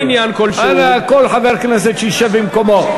יבוא עניין כלשהו, אנא, כל חבר כנסת ישב במקומו.